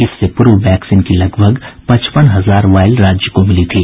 इससे पूर्व वैक्सीन की लगभग पचपन हजार वायल राज्य को मिली थी